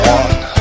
one